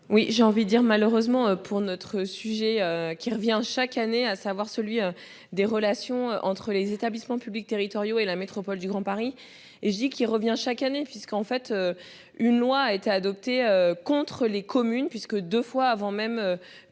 Oui, j'ai envie dire malheureusement pour notre sujet qui revient chaque année, à savoir celui des relations entre les établissements publics territoriaux et la métropole du Grand Paris, et je dis qui revient chaque année puisqu'en fait. Une loi a été adoptée contre les communes puisque deux fois, avant même